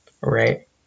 right